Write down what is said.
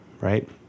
right